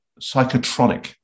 psychotronic